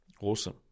Awesome